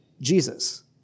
Jesus